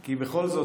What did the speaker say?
--- כי בכל זאת,